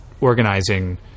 organizing